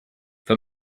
for